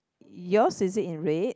yours is it in red